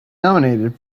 nominated